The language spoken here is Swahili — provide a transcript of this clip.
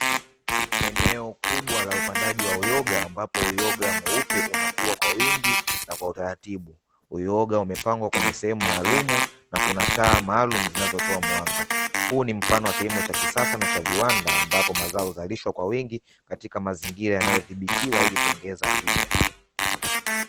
Eneo kubwa la upandaji wa uyoga, ambapo uyoga mweupe unakuwa kwa wingi na kwa utaratibu, uyoga umepangwa kwenye sehemu maalumu na kuna taa maalumu zinazotoa mwanga, huu ni mfano wa kilimo cha kisasa na cha viwanda ambapo mazao huzalishwa kwa wingi katika mazingira yanayodhibitiwa kuongeza tija.